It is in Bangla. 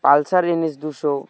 পালসার এন এস দুশো